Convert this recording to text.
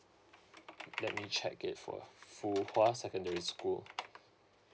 let me check it for fu hwa secondary school